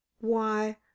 Why